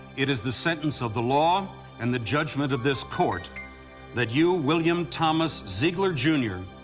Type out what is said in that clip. it is the sentence of the law and the judgment of this court that you, william thomas ziegler, jr,